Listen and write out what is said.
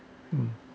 mm